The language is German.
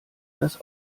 das